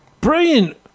Brilliant